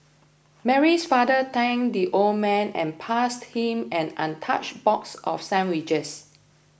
Mary's father thanked the old man and passed him an untouched box of sandwiches